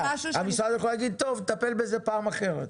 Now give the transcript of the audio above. המשרד יכול להגיד, טוב, נטפל בזה פעם אחרת.